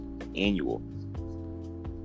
Annual